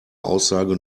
aussage